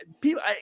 people